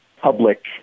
public